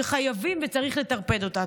שחייבים וצריך לטרפד אותה.